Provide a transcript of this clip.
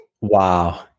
Wow